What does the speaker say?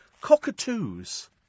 Cockatoos